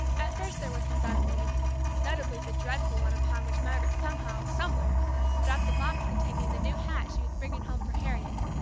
at first there were some dark days notably the dreadful one upon which margaret somehow somewhere dropped the box containing the new hat she was bringing home for harriet,